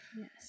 Yes